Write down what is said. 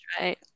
right